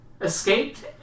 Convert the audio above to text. escaped